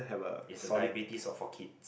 it's the diabetes or for kids